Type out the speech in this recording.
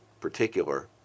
particular